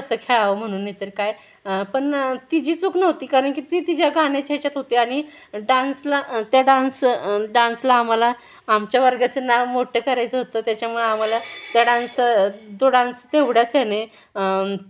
कसं खेळावं म्हणून नाहीतर काय पण तिची चूक नव्हती कारण की ती तिच्या गाण्याच्या ह्याच्यात होती आणि डान्सला त्या डान्स डान्सला आम्हाला आमच्या वर्गाचं नाव मोठं करायचं होतं त्याच्यामुळे आम्हाला त्या डान्स तो डान्स तेवढ्याच ह्याने